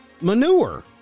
manure